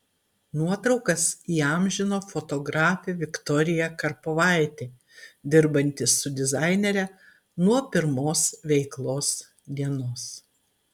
nuotraukas įamžino fotografė viktorija karpovaitė dirbanti su dizainere nuo pirmos veiklos dienos